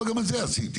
וגם את זה עשיתי.